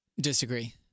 Disagree